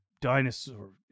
dinosaur